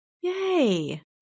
Yay